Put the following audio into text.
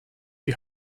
die